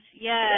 yes